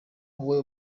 wowe